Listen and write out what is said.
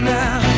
now